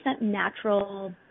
natural